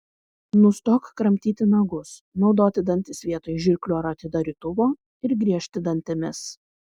nustok kramtyti nagus naudoti dantis vietoj žirklių ar atidarytuvo ir griežti dantimis